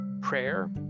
Prayer